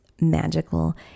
magical